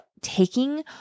taking